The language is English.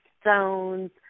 stones